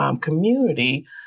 community